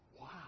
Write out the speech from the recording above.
wow